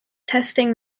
testing